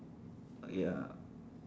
ya